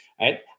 right